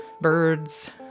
birds